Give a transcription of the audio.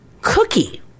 cookie